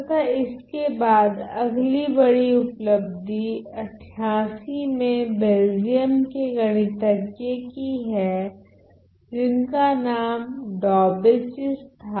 तथा इसके बाद अगली बड़ी उपलब्धि 88 में बेल्जियम के गणितज्ञ की है जिनका नाम डौबेचीस था